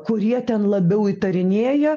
kurie ten labiau įtarinėja